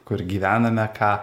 kur gyvename ką